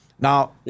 Now